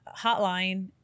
hotline